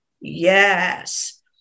Yes